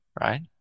right